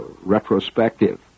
retrospective